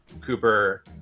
Cooper